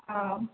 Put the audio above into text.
ও